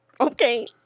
Okay